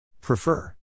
Prefer